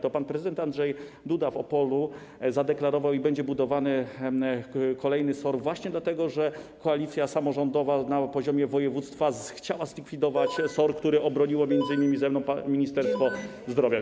To pan prezydent Andrzej Duda w Opolu zadeklarował, że będzie budowany kolejny SOR właśnie dlatego, że koalicja samorządowa na poziomie województwa chciała zlikwidować SOR, który obroniło, m.in. ze mną, Ministerstwo Zdrowia.